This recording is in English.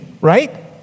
right